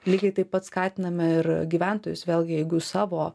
lygiai taip pat skatiname ir gyventojus vėlgi jeigu savo